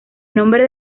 nombre